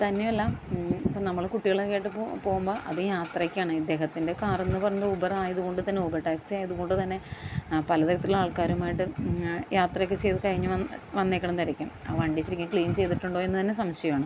തന്നെയുമല്ല ഇപ്പം നമ്മൾ കുട്ടികൾ ഒക്കെയായിട്ട് പോ പോകുമ്പം അത് യാത്രയ്ക്കാണ് ഇദ്ദേഹത്തിൻ്റെ കാർ എന്ന് പറയുന്നത് ഊബർ ആയതുകൊണ്ട് തന്നെ ഊബർ ടാക്സി ആയതുകൊണ്ട് തന്നെ പല തരത്തിലുള്ള ആൾക്കാരുമായിട്ടും യാത്ര ഒക്കെ ചെയ്ത് കഴിഞ്ഞ് വ വന്നിരിക്കുന്നതായിരിക്കും വണ്ടി ശരിക്കും ക്ലീൻ ചെയ്തിട്ടുണ്ടോ എന്ന് തന്നെ സംശയമാണ്